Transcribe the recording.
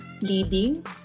leading